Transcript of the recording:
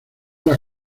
las